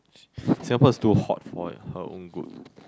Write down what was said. Singapore is too hot for her own good